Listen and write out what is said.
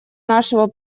нашего